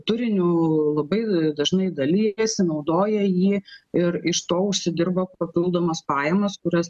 turiniu labai dažnai dalijasi naudoja jį ir iš to užsidirba papildomas pajamas kurias